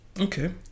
okay